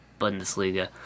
Bundesliga